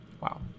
wow